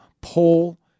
poll